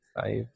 five